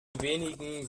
wenigen